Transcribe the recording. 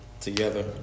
together